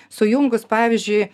sujungus pavyzdžiui